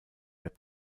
rap